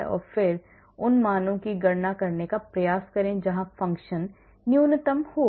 और फिर उन मानों की गणना करने का प्रयास करें जहां फ़ंक्शन न्यूनतम होगा